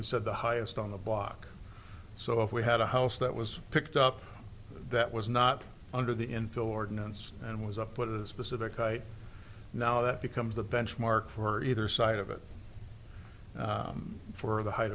we said the highest on the block so if we had a house that was picked up that was not under the infill ordinance and was up but it is specific i now that becomes the benchmark for either side of it for the height